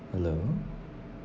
hello